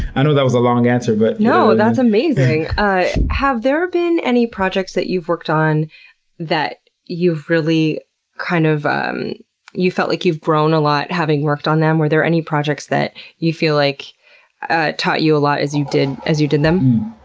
i know that was a long answer, but, no, that's amazing! have there been any projects that you've worked on that kind of um you felt like you've grown a lot having worked on them? were there any projects that you feel like ah taught you a lot as you did as you did them?